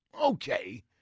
Okay